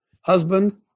husband